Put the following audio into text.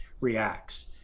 reacts